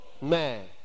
man